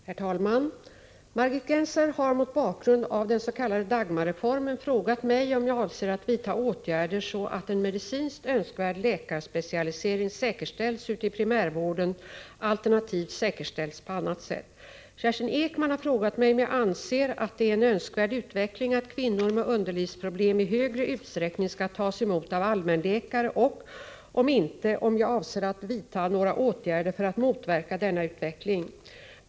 Herr talman! Margit Gennser har mot bakgrund av dens.k. Dagmarreformen frågat mig om jag avser att vidta åtgärder så att en medicinskt önskvärd läkarspecialisering säkerställs ute i primärvården alternativt säkerställs på annat sätt. Kerstin Ekman har frågat mig om jag anser att det är en önskvärd utveckling att kvinnor med underlivsproblem i större utsträckning skall tas emot av allmänläkare och — om inte — om jag avser att vidta några åtgärder för att motverka denna utveckling.